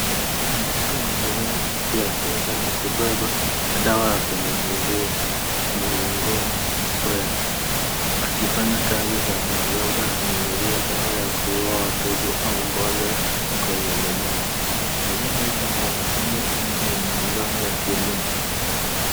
Mtu amevaa kofia ya kinga na kubebea dawa ya kunyunyizia mgongoni sprayer . Akifanya kazi shambani labda akinyunyizia dawa ya kuua wadudu au mbolea kwenye mimea. Mimea hii inaonekana kuwa ni mazao ya kilimo.